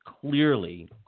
clearly